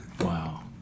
Wow